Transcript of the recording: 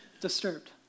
Disturbed